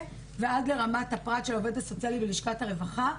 ועד לרמת הפרט של העובדות הסוציאליות בלשכות הרווחה,